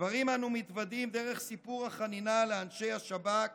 לדברים אנו מתוודעים דרך סיפור החנינה לאנשי השב"כ